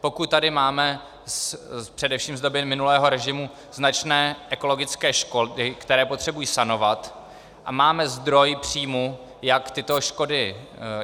Pokud tady máme především z doby minulého režimu značné ekologické škody, které potřebují sanovat, a máme zdroj příjmů,